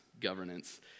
governance